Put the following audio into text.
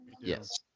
Yes